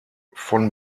von